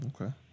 Okay